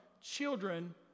children